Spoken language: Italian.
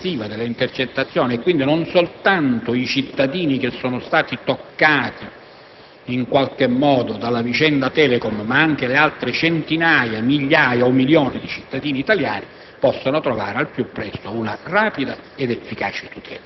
faccia in modo, affrontando la tematica complessiva delle intercettazioni, che non soltanto i cittadini che sono stati toccati in qualche modo dalla vicenda Telecom, ma anche le altre centinaia, migliaia o milioni di cittadini italiani